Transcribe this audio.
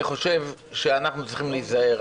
אני חושב שאנחנו צריכים להיזהר,